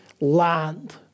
land